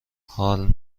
حال